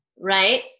Right